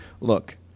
look